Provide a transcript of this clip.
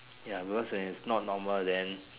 ya because if it's not normal then